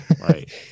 right